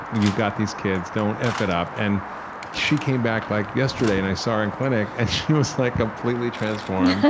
you've got these kids, don't eff it up. and she came back like yesterday, and i saw her in clinic, and she was like completely transformed.